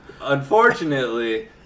Unfortunately